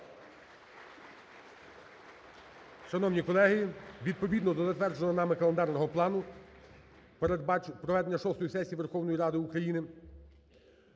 Шановні колеги, відповідно до затвердженого нами календарного плану проведення шостої сесії Верховної Ради України